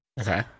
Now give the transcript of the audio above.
Okay